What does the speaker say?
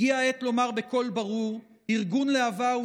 הגיעה העת לומר בקול ברור: ארגון להב"ה הוא